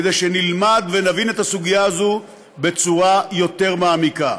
כדי שנלמד ונבין את הסוגיה הזאת בצורה יותר מעמיקה.